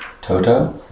Toto